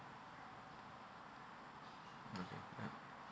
okay uh